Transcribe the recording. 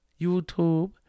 YouTube